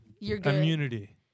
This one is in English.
immunity